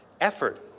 effort